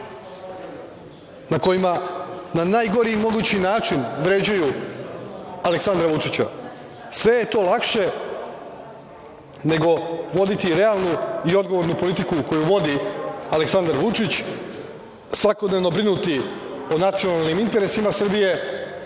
na kojima na najgori mogući način vređaju Aleksandra Vučića. Sve je to lakše, nego voditi realnu i odgovornu politiku koju vodi Aleksandar Vučić, svakodnevno brinuti o nacionalnim interesima Srbije